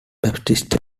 baptist